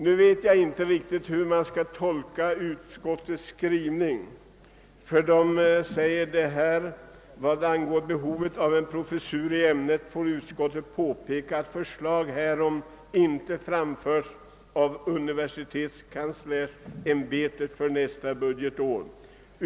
Nu vet jag inte riktigt hur man skall tolka utskottets skrivning. Utskottet skriver bl.a.: »Vad angår behovet av en professur i ämnet får utskottet påpeka att förslag härom inte framförts av universitetskanslersämbetet för nästa budgetår.